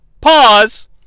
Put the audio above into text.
Pause